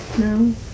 No